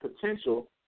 potential